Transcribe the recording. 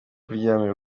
kuryamira